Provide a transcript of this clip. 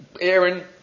Aaron